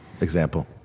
Example